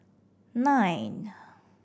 nine